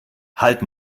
halt